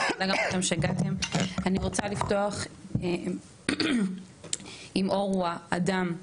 אני רוצה לפתוח עם עורווה אדם,